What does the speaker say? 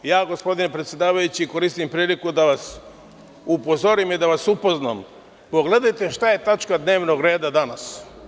Ja gospodine predsedavajući, koristim priliku da vas upozorim i da vas upoznam, pogledajte šta je tačka dnevnog reda danas.